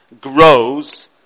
grows